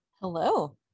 hello